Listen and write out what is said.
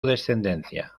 descendencia